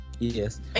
Yes